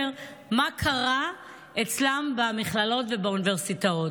מה קרה אצלם במכללות ובאוניברסיטאות.